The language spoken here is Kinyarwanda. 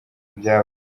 byabaye